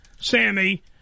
Sammy